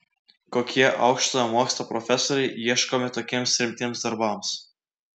kokie aukštojo mokslo profesoriai ieškomi tokiems rimtiems darbams